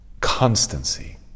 Constancy